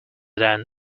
than